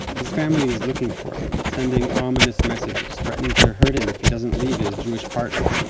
his family is looking for him, sending ominous messages threatening to hurt him if he doesn't leave his jewish partner